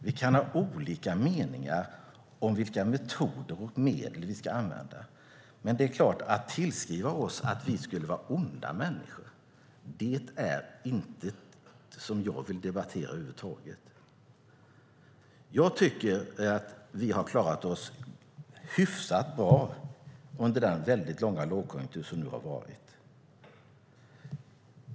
Vi kan ha olika meningar om vilka metoder och medel vi ska använda, men att tillskriva oss att vi skulle vara onda människor är inte något som jag vill debattera över huvud taget. Jag tycker att vi har klarat oss hyfsat bra under den väldigt långa lågkonjunktur som nu har varit.